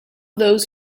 those